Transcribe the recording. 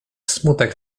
smutek